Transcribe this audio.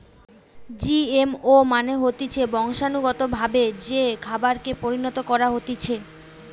GMO মানে হতিছে বংশানুগতভাবে যে খাবারকে পরিণত করা হতিছে